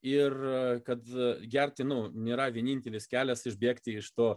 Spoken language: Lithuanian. ir kad gerti nu nėra vienintelis kelias išbėgti iš to